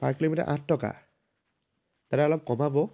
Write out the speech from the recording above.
পাৰ kilometre আঠ টকা দাদা অলপ কমাব